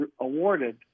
awarded